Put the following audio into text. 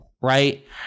right